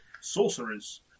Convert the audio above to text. Sorcerers